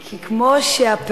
כי כמו שהפריפריה,